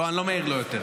אני לא מעיר לו יותר.